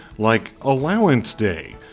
like allowance day,